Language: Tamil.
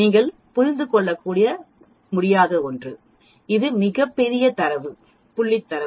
நீங்கள் புரிந்து கொள்ளக்கூட முடியாது இது ஒரு மிகப் பெரிய தரவு புள்ளி தரவு